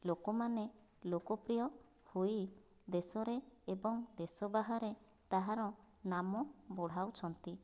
ଲୋକମାନେ ଲୋକପ୍ରିୟ ହୋଇ ଦେଶରେ ଏବଂ ଦେଶ ବାହାରେ ତାହାର ନାମ ବଢ଼ାଉଛନ୍ତି